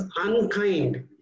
unkind